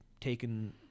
taken